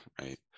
right